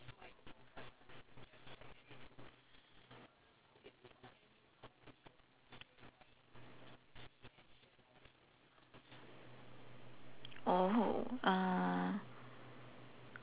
oh